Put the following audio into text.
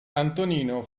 antonino